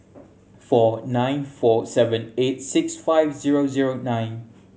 four nine four seven eight six five zero zero nine